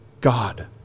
God